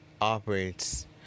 operates